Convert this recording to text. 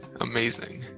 amazing